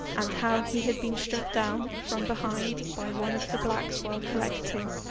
and how he had been struck down from behind by one of the blacks while collecting,